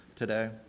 Today